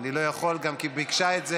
אני לא יכול, ביקשה את זה